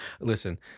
Listen